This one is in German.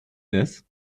des